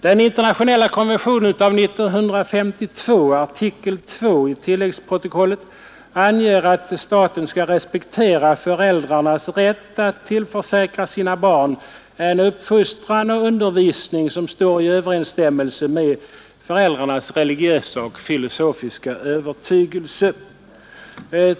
Den internationella konventionen av 1952, artikel 2 i tilläggsprotokollet, anger att staten skall respektera föräldrarnas rätt att tillförsäkra sina barn en uppfostran och undervisning som står i överensstämmelse med föräldrarnas religiösa och filosofiska övertygelse.